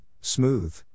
smooth